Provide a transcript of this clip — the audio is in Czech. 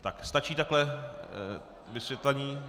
Tak, stačí takto vysvětlení?